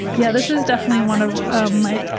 yeah this is definitely one of my,